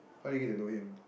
how you get to know him